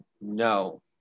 No